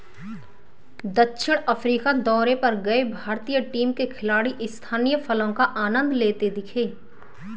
दक्षिण अफ्रीका दौरे पर गए भारतीय टीम के खिलाड़ी स्थानीय फलों का आनंद लेते दिखे